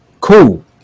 Cool